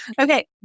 Okay